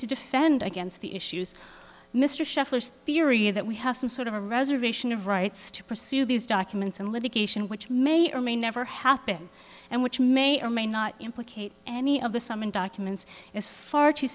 to defend against the issues mr shufflers theory that we have some sort of a reservation of rights to pursue these documents and litigation which may or may never happen and which may or may not implicate any of the some in documents is far too